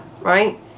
right